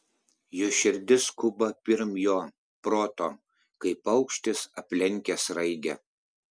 jo širdis skuba pirm jo proto kaip paukštis aplenkia sraigę